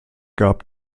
gab